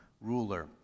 ruler